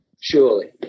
Surely